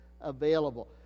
available